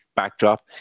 backdrop